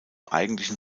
eigentlichen